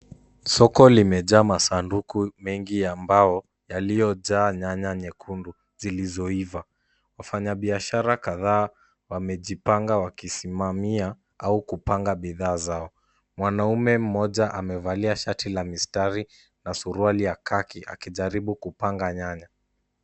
Soko limejaa masanduku mengi ya mbao yaliyojaa nyanya nyekundu zilizoiva, wafanya biashara kadha wamejipanga wakisimamia au kupanga bidhaa zao. Mwanamume mmoja amevalia shati la mistari na suruali ya khaki akijaribu kupanga nyanya.